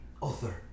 author